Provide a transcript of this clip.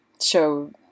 show